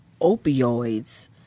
opioids